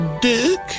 Duke